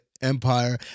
empire